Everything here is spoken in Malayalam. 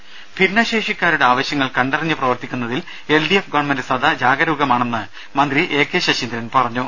ദേഴ ഭിന്നശേഷിക്കാരുടെ ആവശ്യങ്ങൾ കണ്ടറിഞ്ഞു പ്രവർത്തിക്കുന്നതിൽ എൽ ഡി എഫ് ഗവൺമെന്റ് സദാ ജാഗരൂകമാണെന്ന് മന്ത്രി എ കെ ശശീന്ദ്രൻ പറഞ്ഞു